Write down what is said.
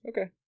Okay